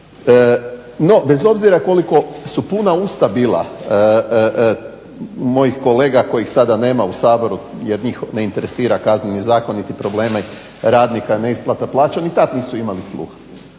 No bez obzira koliko su puna usta bila mojih kolega kojih sada nema u Saboru jer njih ne interesira Kazneni zakon niti problemi radnika, neisplata plaća, ni tad nisu imali sluha.